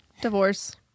Divorce